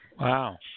Wow